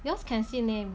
yours can see name